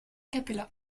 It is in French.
cappella